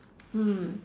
mm